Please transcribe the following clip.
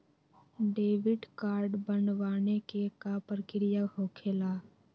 Debit card बनवाने के का प्रक्रिया होखेला?